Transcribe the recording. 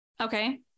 okay